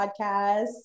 Podcast